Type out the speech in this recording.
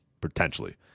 potentially